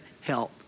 help